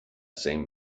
same